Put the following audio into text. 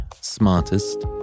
smartest